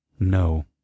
No